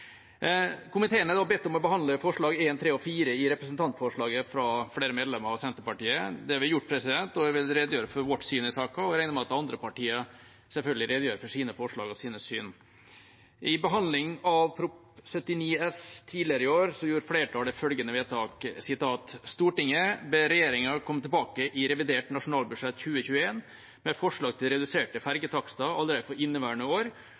Komiteen er bedt om å behandle forslagene nr. 1, 3 og 4 i representantforslaget fra flere medlemmer av Senterpartiet. Det har vi gjort, og jeg vil redegjøre for vårt syn i saken. Jeg regner med at de andre partiene selvfølgelig redegjør for sine forslag og sine syn. I behandling av Prop. 79 S for 2020–2021 tidligere i år gjorde flertallet følgende vedtak: «Stortinget ber regjeringen komme tilbake i revidert nasjonalbudsjett 2021 med forslag til reduserte fergetakster allerede for inneværende år,